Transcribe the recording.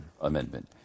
Amendment